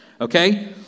Okay